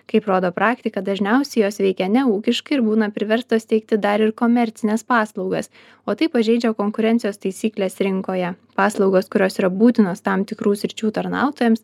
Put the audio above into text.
kaip rodo praktika dažniausiai jos veikia neūkiškai ir būna priverstos teikti dar ir komercines paslaugas o tai pažeidžia konkurencijos taisykles rinkoje paslaugos kurios yra būtinos tam tikrų sričių tarnautojams